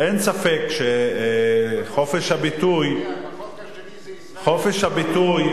אין ספק שחופש הביטוי, החוק השני זה ישראל חסון.